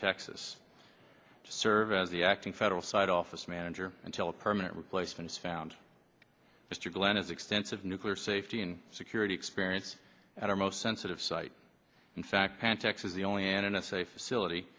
texas to serve as the acting federal side office manager until a permanent replacement is found mr glenn has extensive nuclear safety and security experience at our most sensitive site in fact than texas the only n s a facility